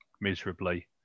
miserably